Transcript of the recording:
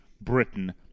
Britain